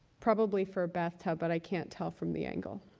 probably for a bathtub, but i can't tell from the angle.